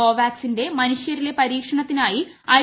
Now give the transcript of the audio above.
കോവാക്സിന്റെ മനുഷ്യരിലെ പരീക്ഷണത്തിനായി ഐ